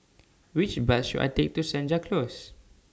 Which Bus should I Take to Senja Close